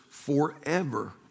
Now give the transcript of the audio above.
forever